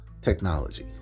technology